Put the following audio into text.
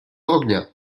ognia